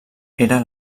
era